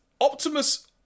Optimus